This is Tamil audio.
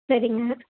சரிங்க